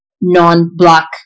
non-Black